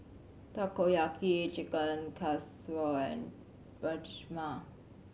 Takoyaki Chicken Casserole and Rajma